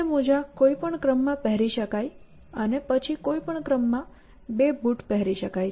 બંને મોજાં કોઈપણ ક્રમમાં પહેરી શકે અને પછી કોઈપણ ક્રમમાં બે પગરખાં પહેરી શકે